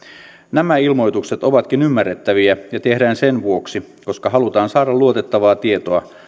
nämä ilmoitukset ovatkin ymmärrettäviä ja tehdään sen vuoksi koska halutaan saada luotettavaa tietoa